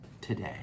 today